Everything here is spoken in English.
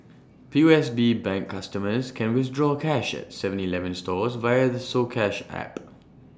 P O S B bank customers can withdraw cash at Seven Eleven stores via the soCash app